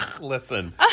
listen